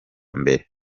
mbere